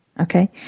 Okay